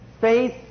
Faith